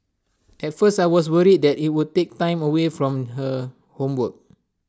at first I was worried that IT would take time away from her homework